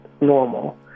normal